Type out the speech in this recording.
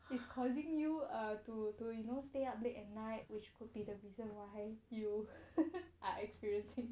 is causing you to to you know stay up late at night which could be the reason why